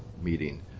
meeting